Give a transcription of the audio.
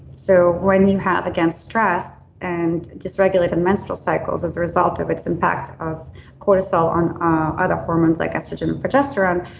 so when you have again stress and dysregulated menstrual cycles as a result of its impact of cortisol on ah other hormones like estrogen and progesterone,